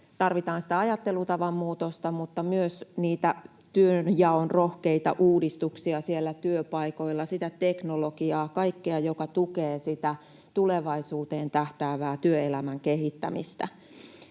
Tarvitaan ajattelutavan muutosta, mutta myös työnjaon rohkeita uudistuksia työpaikoilla, teknologiaa, kaikkea, joka tukee sitä tulevaisuuteen tähtäävää työelämän kehittämistä.